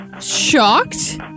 shocked